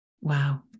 Wow